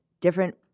different